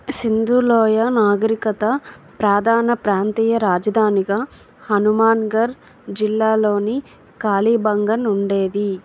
సింధు లోయ నాగరికత ప్రధాన ప్రాంతీయ రాజధానిగా హనుమాన్ఘర్ జిల్లాలోని కాళీబంగన్ ఉండేది